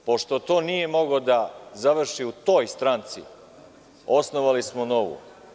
Pošto to nije mogao da završi u toj stranci, osnovali smo novu.